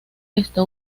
está